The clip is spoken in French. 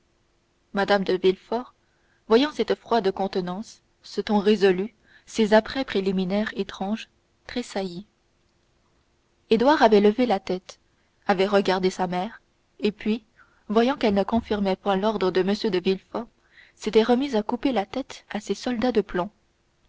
mme de villefort voyant cette froide contenance ce ton résolu ces apprêts préliminaires étranges tressaillit édouard avait levé la tête avait regardé sa mère puis voyant qu'elle ne confirmait point l'ordre de m de villefort il s'était remis à couper la tête à ses soldats de plomb